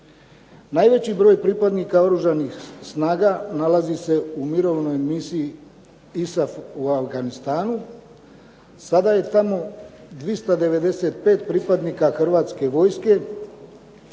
Najveći broj pripadnika Oružanih snaga nalazi se u Mirovnoj misiji ISAF u Afganistanu. Sada je tamo 295 pripadnika Hrvatske vojske.